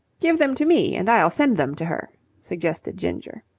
give them to me and i'll send them to her, suggested ginger.